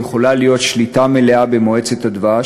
יכולה להיות שליטה מלאה במועצת הדבש,